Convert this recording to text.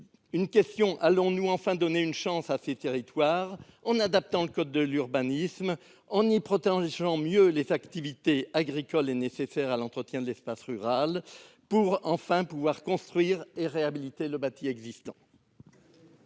le ministre, allons-nous enfin donner une chance à ces territoires en adaptant le code de l'urbanisme, en y protégeant mieux les activités agricoles, nécessaires à l'entretien de l'espace rural pour construire et réhabiliter le bâti existant ?